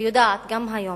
ויודעת גם היום,